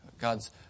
God's